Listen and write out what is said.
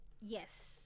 Yes